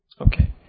Okay